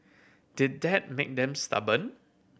did that make them stubborn